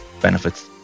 benefits